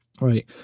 right